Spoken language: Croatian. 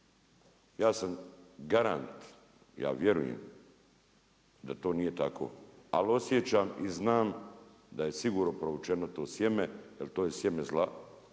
zemljištima? Ja vjerujem da to nije tako, ali osjećam i znam da je sigurno provučeno to sjeme jer to je sjeme zla,